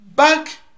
Back